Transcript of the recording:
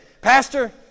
Pastor